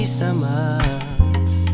summers